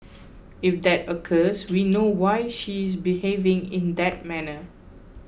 if that occurs we know why she is behaving in that manner